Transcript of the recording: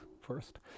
first